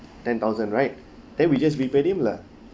ten thousand right then we just we paid him lah